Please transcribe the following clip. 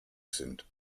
sind